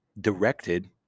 directed